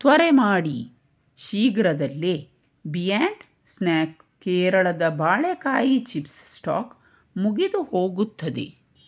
ತ್ವರೆ ಮಾಡಿ ಶೀಘ್ರದಲ್ಲೇ ಬಿಯಾಂಡ್ ಸ್ನ್ಯಾಕ್ ಕೇರಳದ ಬಾಳೇಕಾಯಿ ಚಿಪ್ಸ್ ಸ್ಟಾಕ್ ಮುಗಿದುಹೋಗುತ್ತದೆ